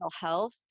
health